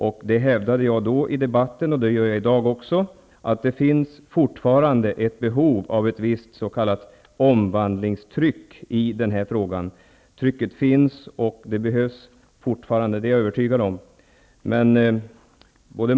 Jag hävdade redan i den tidgare debatten att det fortfarande finns ett behov av ett visst s.k. omvandlingstryck i den här frågan. Trycket finns, och det behövs fortfarande, det är jag övertygad om.